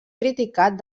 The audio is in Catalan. criticat